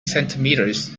centimeters